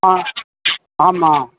ஆ ஆமாம்